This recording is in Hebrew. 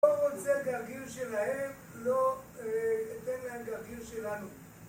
לא רוצה גרגיר שלהם, לא אתן להם גרגיר שלנו